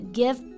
give